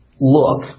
Look